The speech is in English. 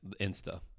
Insta